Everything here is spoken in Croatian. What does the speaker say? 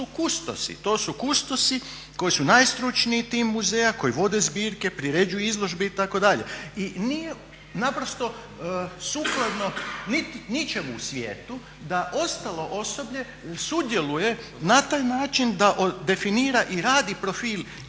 to su kustosi koji su najstručniji tim muzeja, koji vode zbirke, priređuju izložbe itd.. I nije naprosto sukladno ničemu u svijetu da ostalo osoblje, sudjeluje na taj način da definira i radi profil ustanove